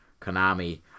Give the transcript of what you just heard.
Konami